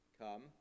come